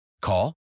Call